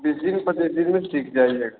बीस दिन पच्चीस दिन में सीख जाएंगे